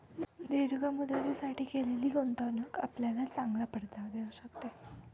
दीर्घ मुदतीसाठी केलेली गुंतवणूक आपल्याला चांगला परतावा देऊ शकते